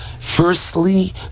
Firstly